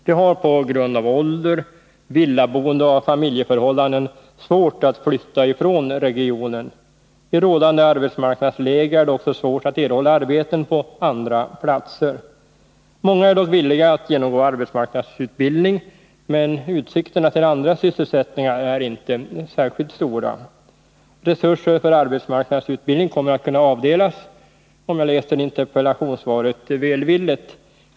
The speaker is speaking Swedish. De har på grund av ålder, villaboende och familjeförhållanden svårt att flytta ifrån regionen. I rådande arbetsmarknadsläge är det också svårt att erhålla arbeten på andra platser. Många är dock villiga att genomgå arbetsmark nadsutbildning, men utsikterna till andra sysselsättningar är inte särskilt Nr 33 stora. Resurser för arbetsmarknadsutbildning kommer att kunna avdelas, om jag läser interpellationssvaret välvilligt.